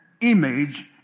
image